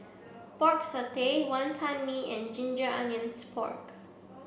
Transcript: Pork Satay Wantan Mee and Ginger Onions Pork